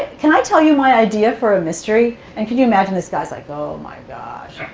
can i tell you my idea for a mystery? and can you imagine? this guy's like, oh my gosh.